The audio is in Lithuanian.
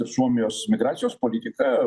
ir suomijos migracijos politika